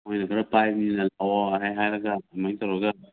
ꯅꯣꯏꯅ ꯈꯔ ꯄꯥꯏꯕꯅꯤꯅ ꯋꯥꯍꯩ ꯍꯥꯏꯔꯒ ꯑꯗꯨꯃꯥꯏ ꯇꯧꯔꯒ